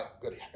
good